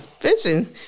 Vision